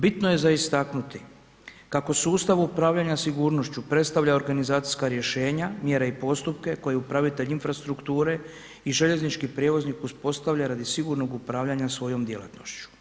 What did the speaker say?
Bitno je za istaknuti kako sustav upravljanja sigurnošću predstavlja organizacijska rješenja, mjere i postupke koje upravitelj infrastrukture i željeznički prijevoznik uspostavlja radi sigurnog upravljanja svojom djelatnošću.